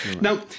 Now